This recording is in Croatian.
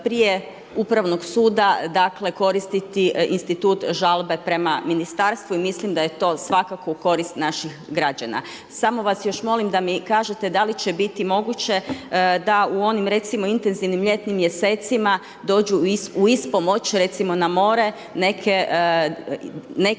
prije upravnog suda dakle koristiti institut žalbe prema ministarstvu i mislim da je to svakako u korist naših građana. Samo vas još molim da mi kažete da li će biti moguće da u onim recimo intenzivnim ljetnim mjesecima dođu u ispomoć recimo na more, neke